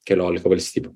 keliolika valstybių